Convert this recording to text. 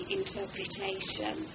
interpretation